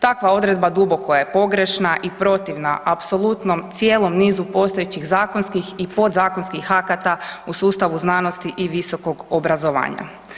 Takva odredba duboko je pogrešna i protivna apsolutnom cijelom nizu postojećih zakonskih i podzakonskih akata u sustavu znanosti i visokog obrazovanja.